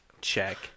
check